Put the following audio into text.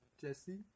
Jesse